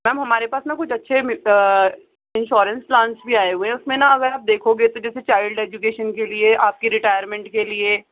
میم ہمارے پاس نا کچھ اچھے انشورنس پلانس بھی آئے ہوئے ہیں اُس میں نا اگر آپ دیکھو گے تو جیسے چائلڈ ایجوکیشن کے لئے آپ کی ریٹائرمنٹ کے لئے